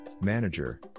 manager